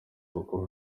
bakuru